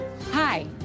Hi